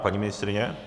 Paní ministryně?